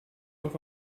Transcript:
auch